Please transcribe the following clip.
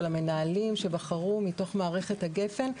של המנהלים שבחור מתוך מערכת הגפן,